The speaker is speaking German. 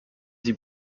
sie